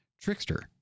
Trickster